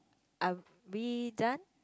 are we done